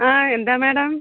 ആ എന്താ മേഡം